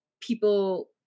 people